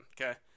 Okay